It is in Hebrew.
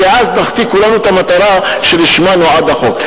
כי אז נחטיא כולנו את המטרה שלשמה נועד החוק.